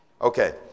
Okay